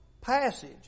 passage